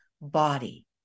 body